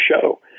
show